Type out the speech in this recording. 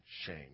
shame